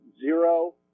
zero